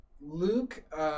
Luke